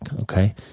Okay